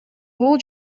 бул